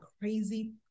crazy